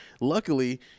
Luckily